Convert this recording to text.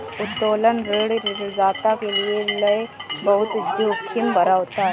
उत्तोलन ऋण ऋणदाता के लये बहुत जोखिम भरा होता है